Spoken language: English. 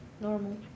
Normal